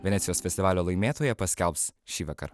venecijos festivalio laimėtoją paskelbs šįvakar